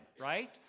Right